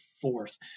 fourth